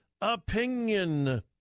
opinion